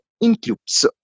includes